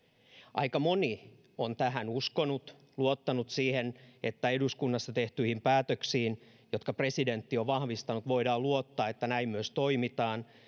aika moni on tähän uskonut luottanut eduskunnassa tehtyihin päätöksiin jotka presidentti on vahvistanut ja luottanut että näin myös toimitaan